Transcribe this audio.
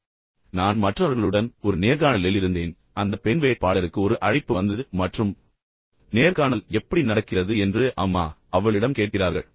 எனவே நான் மற்றவர்களுடன் ஒரு நேர்காணலில் இருந்தேன் அந்த பெண் வேட்பாளருக்கு ஒரு அழைப்பு வந்தது மற்றும் நேர்காணல் எப்படி நடக்கிறது என்று அம்மா அல்லது அத்தை அவளிடம் கேட்கிறார்கள்